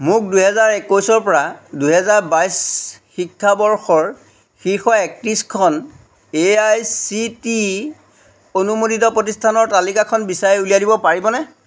মোক দুহেজাৰ একৈছৰ পৰা দুহেজাৰ বাইছ শিক্ষাবৰ্ষৰ শীৰ্ষ একত্ৰিছখন A I C T E অনুমোদিত প্ৰতিষ্ঠানৰ তালিকাখন বিচাৰি উলিয়াই দিব পাৰিবনে